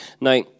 Now